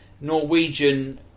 Norwegian